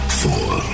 four